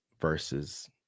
versus